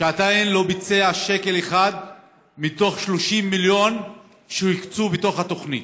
עדיין לא ביצע שקל אחד מתוך 30 מיליון שהוקצו בתוך התוכנית.